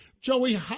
Joey